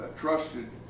trusted